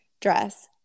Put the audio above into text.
dress